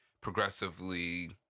progressively